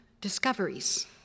discoveries